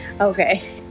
Okay